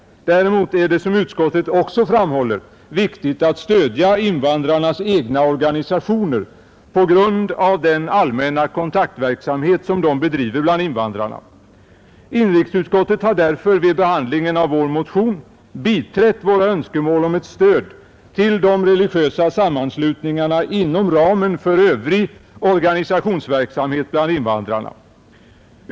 Däremot är det som utskottet också framhåller viktigt att stödja invandrarnas egna organisationer på grund av den allmänna kontaktverksamhet de bedriver bland invandrarna. Inrikesutskottet har därför vid behandlingen av vår motion biträtt våra önskemål om ett stöd till de religiösa sammanslutningarna inom ramen för övrig organisationsverksamhet bland invandrarna.